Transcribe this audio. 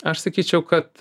aš sakyčiau kad